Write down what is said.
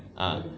ah